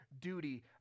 duty